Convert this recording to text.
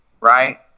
Right